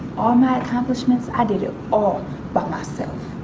all my accomplishments, i did it all by myself.